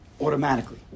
automatically